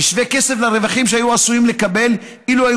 בשווה כסף לרווחים שהיו עשויים לקבל אילו היו